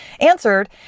answered